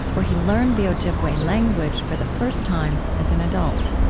where he learned the ojibwe language for the first time as an adult